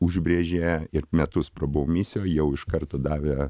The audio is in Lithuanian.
užbrėžė ir metus prabuvau misijoj jau iš karto davė